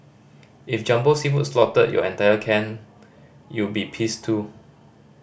if Jumbo Seafood slaughtered your entire clan you'll be pissed too